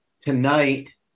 Tonight